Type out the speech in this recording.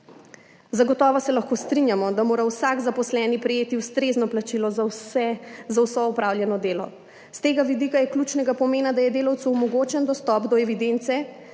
Zagotovo se lahko strinjamo, da mora vsak zaposleni prejeti ustrezno plačilo za vso opravljeno delo. S tega vidika je ključnega pomena, da je delavcu omogočen dostop do evidence,